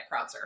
CrowdSurf